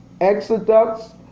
Exodus